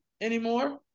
anymore